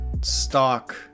stock